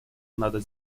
надо